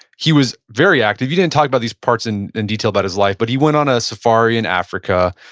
he was very active, you didn't talk about these parts in in detail about his life, but he went on a safari in africa.